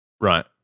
Right